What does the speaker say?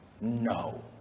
No